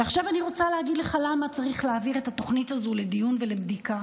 עכשיו אני רוצה להגיד לך למה צריך להעביר את התוכנית הזו לדיון ולבדיקה.